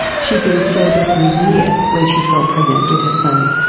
she had been sober for a year when she fell pregnant with her son.